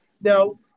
Now